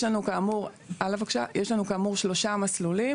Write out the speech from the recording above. יש לנו, כאמור, שלושה מסלולים.